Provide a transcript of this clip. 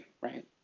right